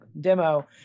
demo